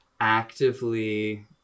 actively